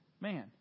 man